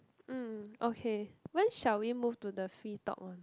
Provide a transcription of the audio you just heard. um okay when shall we move to the free talk one